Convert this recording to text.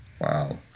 wow